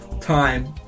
time